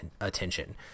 attention